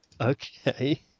Okay